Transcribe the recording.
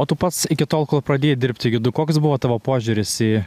o tu pats iki tol kol pradėjai dirbti gidu koks buvo tavo požiūris į